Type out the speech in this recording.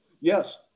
yes